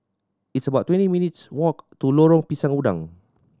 it's about twenty minutes' walk to Lorong Pisang Udang